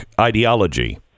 ideology